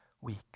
week